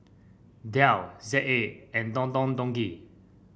Dell Z A and Don Don Donki